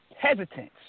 hesitance